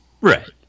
Right